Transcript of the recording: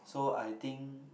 so I think